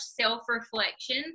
self-reflection